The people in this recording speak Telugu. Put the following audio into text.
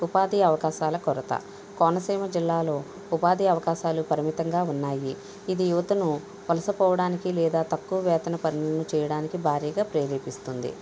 ఉపాధి అవకాశాల కొరత కోనసీమ జిల్లాలో ఉపాధి అవకాశాలు పరిమితంగా ఉన్నాయి ఇది యువతను వలస పోవడానికి లేదా తక్కువ వేతన పనులను చేయడానికి భారీగా ప్రేరేపిస్తుంది